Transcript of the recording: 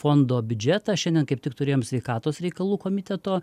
fondo biudžetą šiandien kaip tik turėjom sveikatos reikalų komiteto